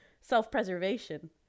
self-preservation